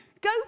go